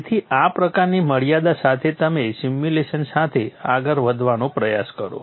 તેથી આ પ્રકારની મર્યાદા સાથે તમે સિમ્યુલેશન સાથે આગળ વધવાનો પ્રયાસ કરો